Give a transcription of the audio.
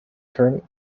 current